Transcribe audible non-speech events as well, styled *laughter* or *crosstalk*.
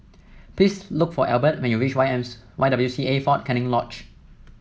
please look for Elbert when you reach Y *unintelligible* Y W C A Fort Canning Lodge